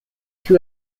two